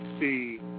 see